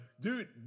dude